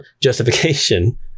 justification